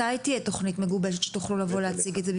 מתי תהיה תוכנית מגובשת שתוכלו לבוא להציג את זה בפני וועדת החינוך?